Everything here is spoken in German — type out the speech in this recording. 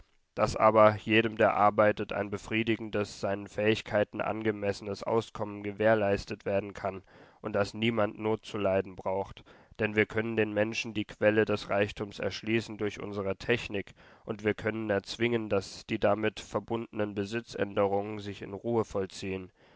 daß aber jedem der arbeitet ein befriedigendes seinen fähigkeiten angemessenes auskommen gewährleistet werden kann und daß niemand not zu leiden braucht denn wir können den menschen die quelle des reichtums erschließen durch unsre technik und wir können erzwingen daß die damit verbundenen besitzänderungen sich in ruhe vollziehen